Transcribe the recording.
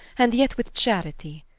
and yet with charity.